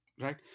right